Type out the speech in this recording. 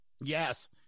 Yes